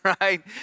right